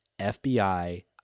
FBI